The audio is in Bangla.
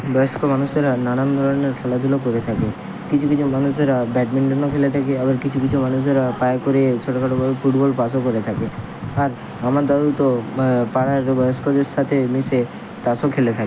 বয়স্ক মানুষেরা নানান ধরনের খেলাধুলো করে থাকে কিছু কিছু মানুষেরা ব্যাটমিন্টনও খেলে থাকে আবার কিছু কিছু মানুষেরা পায়ে করে ছোটো খাটো বল ফুটবল পাসও করে থাকে আর আমার দাদু তো পাড়ার বয়স্কদের সাথে মিশে তাসও খেলে থাকে